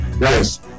Yes